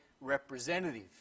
representative